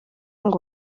ngo